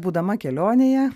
būdama kelionėje